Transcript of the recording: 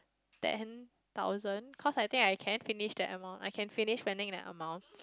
ten thousand cause I think I can't finish that amount I can finish spending that amount